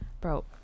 Bro